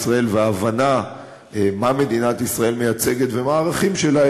ישראל ואת ההבנה מה מדינת ישראל מייצגת ומה הערכים שלה,